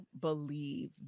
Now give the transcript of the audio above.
believe